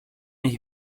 έχει